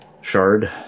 Shard